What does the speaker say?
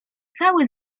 cały